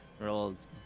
Rolls